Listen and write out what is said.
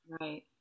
Right